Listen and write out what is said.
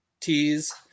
teas